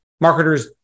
marketers